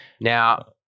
Now